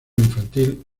infantil